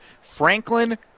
Franklin